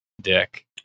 dick